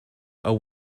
are